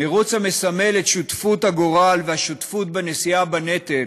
מירוץ המסמל את שותפות הגורל והשותפות בנשיאה בנטל,